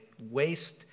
waste